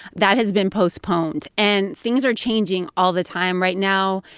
that has been postponed. and things are changing all the time right now.